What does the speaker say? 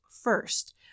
First